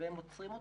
הם עוצרים אתכם,